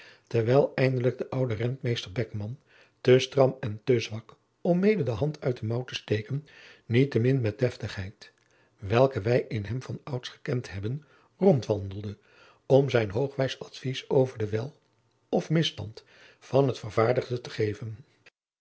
terwijl eindelijk de oude rentmeester beckman te stram en te zwak om mede de hand uit de mouw te steeken niettemin met de deftigheid welke wij in hem van ouds gekend hebben rondwandelde om zijn hoogwijs advies over den wel of misstand van het vervaardigde te geven